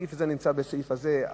הסעיף הזה נמצא בסעיף הזה,